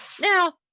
Now